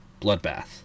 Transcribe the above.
bloodbath